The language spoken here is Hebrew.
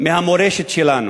מהמורשת שלנו.